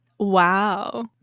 Wow